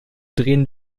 drehen